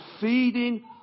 feeding